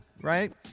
right